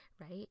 right